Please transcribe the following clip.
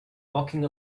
walking